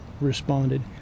responded